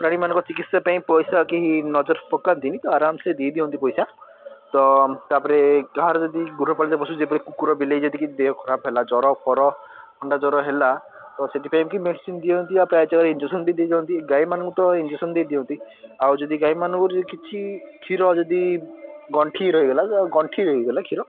ପ୍ରାଣୀମାନଙ୍କ ଚିକିତ୍ସା ପାଇଁ ପଇସା କେହି ନଜର ପକାନ୍ତିନି ତ ଆରମସେ ଦେଇ ଦିଅନ୍ତି ପଇସା ତ ତା ପରେ କାହାର ଯଦି ଗୃହପାଳିତ ପଶୁ ଯେପରି କୁକୁର ବିଲେଇ ଯଦି କିଛି ଦେହ ଖରାପ ହେଲା ଜରଫର ଥଣ୍ଡା ଜ୍ଵର ହେଲା ତ ସେଥିପାଇଁ କି ମେଡ଼ିସିନ୍ ଦିଅନ୍ତି ଆଉ ପ୍ରାୟ ଜ୍ଵର ଇଞ୍ଜେକ୍ସନ୍ ବି ଦେଇ ଦିଅନ୍ତି ଗାଈମାନଙ୍କୁ ତ ଇଞ୍ଜେକ୍ସନ୍ ଦେଇ ଦିଅନ୍ତି ଆଉ ଯଦି ଗାଈମାନଙ୍କର ଯଦି କିଛି କ୍ଷୀର ଯଦି ଗଣ୍ଠି ରହିଗଲା ତ ଗଣ୍ଠି ରହିଗଲା କ୍ଷୀର